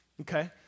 Okay